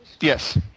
Yes